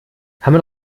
haben